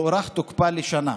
הוארך תוקפה בשנה.